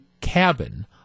cabin